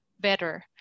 better